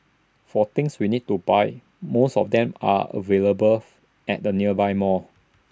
for things we need to buy most of them are available at the nearby malls